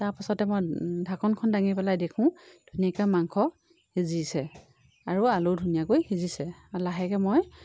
তাৰ পাছতে মই ঢাকোনখন দাঙি পেলাই দেখোঁ ধুনীয়াকৈ মাংস সিজিছে আৰু আলু ধুনীয়াকৈ সিজিছে লাহেকে মই